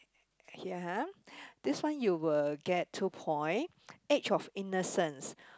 ya ha this one you will get two points edge of innocent